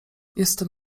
jestem